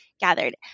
gathered